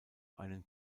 einen